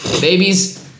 Babies